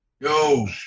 Yo